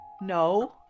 No